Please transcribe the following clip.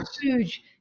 huge